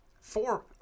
Four